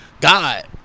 God